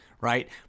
right